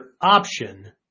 option